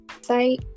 site